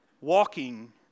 walking